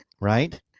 Right